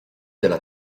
della